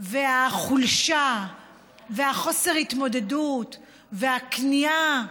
והחולשה וחוסר ההתמודדות והכניעה,